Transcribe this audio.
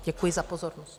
Děkuji za pozornost.